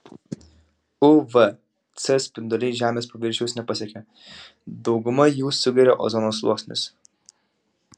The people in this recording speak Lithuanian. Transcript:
uv c spinduliai žemės paviršiaus nepasiekia daugumą jų sugeria ozono sluoksnis